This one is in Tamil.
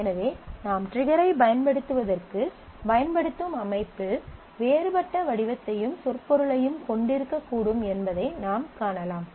எனவே நாம் ட்ரிகர் ஐ பயன்படுத்துவதற்குப் பயன்படுத்தும் அமைப்பு வேறுபட்ட வடிவத்தையும் சொற்பொருளையும் கொண்டிருக்கக்கூடும் என்பதை நாம் காணலாம்